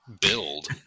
build